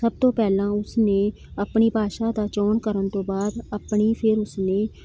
ਸਭ ਤੋਂ ਪਹਿਲਾਂ ਉਸ ਨੇ ਆਪਣੀ ਭਾਸ਼ਾ ਦਾ ਚੋਣ ਕਰਨ ਤੋਂ ਬਾਅਦ ਆਪਣੀ ਫਿਰ ਉਸ ਨੇ